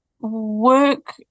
work